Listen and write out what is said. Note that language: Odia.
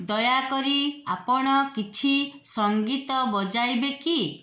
ଦୟାକରି ଆପଣ କିଛି ସଙ୍ଗୀତ ବଜାଇବେ କି